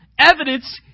Evidence